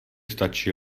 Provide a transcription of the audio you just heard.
stačí